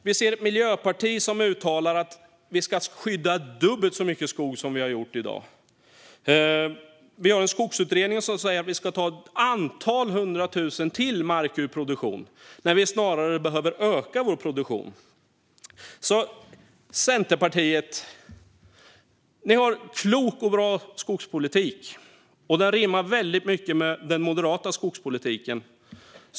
Vi ser ett miljöparti som uttalar att vi ska skydda dubbelt så mycket skog som i dag. Vi har en skogsutredning som säger att vi ska ta ytterligare ett antal hundra tusen hektar mark ur produktion, när vi snarare behöver öka vår produktion. Så, Centerpartiet - ni har en klok och bra skogspolitik, och den rimmar väldigt väl med den moderata skogspolitiken.